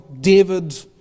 David